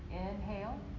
Inhale